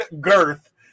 girth